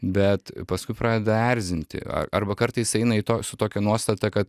bet paskui pradeda erzinti arba kartais eina į su tokia nuostata kad